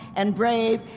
and brave,